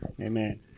Amen